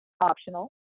optional